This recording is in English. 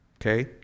Okay